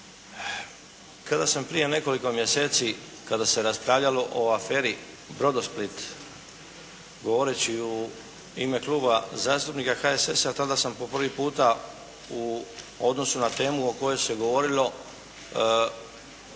Kada sam prije nekoliko mjeseci kada se raspravljalo o aferi Brodosplit, govoreći u ime Kluba zastupnika HSS-a i tada sam po prvi puta u odnosu na temu o kojoj se govorilo,